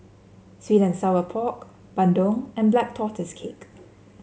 sweet and Sour Pork bandung and Black Tortoise Cake